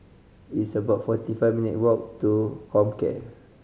it's about forty four minute walk to Comcare